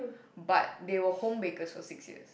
but they were home bakers for six years